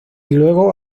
luego